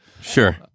Sure